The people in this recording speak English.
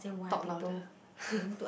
talk louder